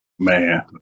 Man